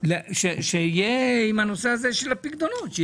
בנושא הפיקדונות.